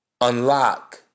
unlock